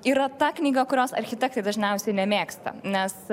yra ta knyga kurios architektai dažniausiai nemėgsta nes